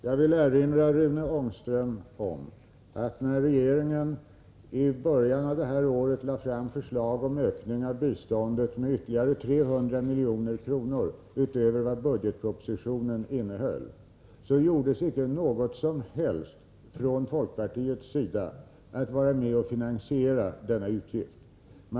Herr talman! Jag vill erinra Rune Ångström om att när regeringen i början av detta år lade fram förslag om ökning av biståndet med 300 milj.kr. utöver vad budgetpropositionen innehåller, gjorde folkpartiet inte något som helst för att vara med och finansiera denna utgift.